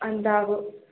अन्त अब